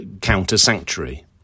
counter-sanctuary